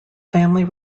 family